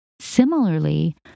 Similarly